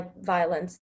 violence